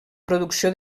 producció